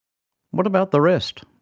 what about the rest?